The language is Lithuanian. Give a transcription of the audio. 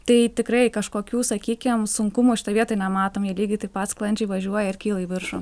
tai tikrai kažkokių sakykim sunkumų šitoj vietoj nematom jie lygiai taip pat sklandžiai važiuoja ir kyla į viršų